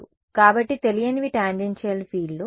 ఒకటి సరిహద్దు కాబట్టి తెలియనివి టాంజెన్షియల్ ఫీల్డ్లు